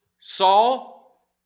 Saul